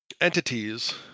entities